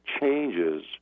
changes